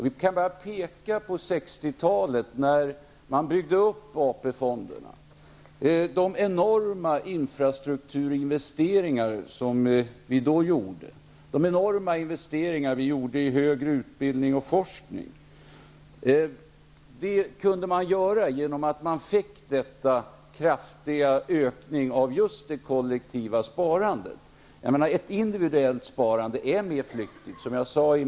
Vi kan peka på 60-talet då AP-fonderna byggdes upp och då enorma infrastrukturinvesteringar gjordes och investeringar i högre utbildning och forskning. Det var möjligt med hjälp av den kraftiga ökningen i just det kollektiva sparandet. Ett individuellt sparande är mer flyktigt.